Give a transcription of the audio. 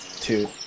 Two